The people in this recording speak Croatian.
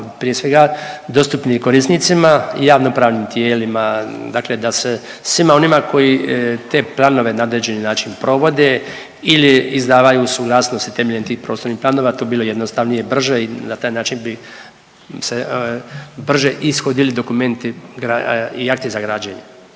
prije svega dostupni korisnicima, javno pravnim tijelima. Dakle, da se svima onima koji te planove na određeni način provode ili izdavaju suglasnosti temeljem tih prostornih planova, to bi bilo jednostavnije i brže i na taj način bi se brže ishodili dokumenti i akti za građenje.